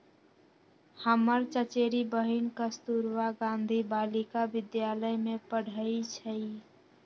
हमर चचेरी बहिन कस्तूरबा गांधी बालिका विद्यालय में पढ़इ छइ